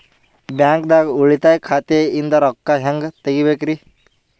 ಬ್ಯಾಂಕ್ದಾಗ ಉಳಿತಾಯ ಖಾತೆ ಇಂದ್ ರೊಕ್ಕ ಹೆಂಗ್ ತಗಿಬೇಕ್ರಿ?